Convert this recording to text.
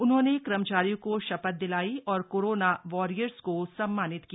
उन्होंने कर्मचारियों को शपथ दिलाई और कोरोना वॉरियर्स को सम्मानित किया